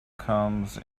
comes